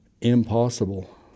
Impossible